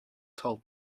told